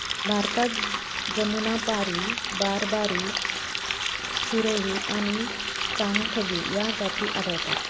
भारतात जमुनापारी, बारबारी, सिरोही आणि चांगथगी या जाती आढळतात